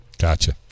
Gotcha